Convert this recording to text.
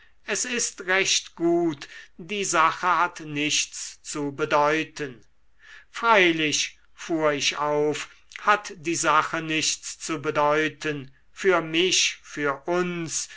es ist recht gut die sache hat nichts zu bedeuten freilich fuhr ich auf hat die sache nichts zu bedeuten für mich für uns